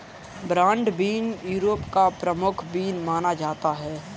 broad bean Europe का प्रमुख bean माना जाता है